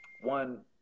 one